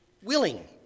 Willing